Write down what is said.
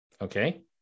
okay